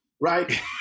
right